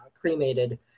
cremated